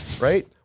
right